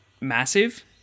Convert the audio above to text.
massive